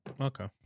Okay